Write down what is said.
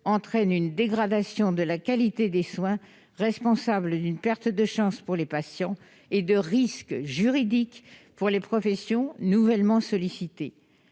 entraînent une dégradation de la qualité des soins, responsable d'une perte de chance pour les patients et de risques juridiques pour les professions nouvellement sollicitées.